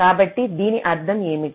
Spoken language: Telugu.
కాబట్టి దీని అర్థం ఏమిటి